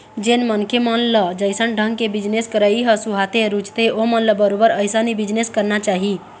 जेन मनखे मन ल जइसन ढंग के बिजनेस करई ह सुहाथे, रुचथे ओमन ल बरोबर अइसन ही बिजनेस करना चाही